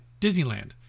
Disneyland